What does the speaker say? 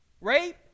Rape